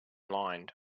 lined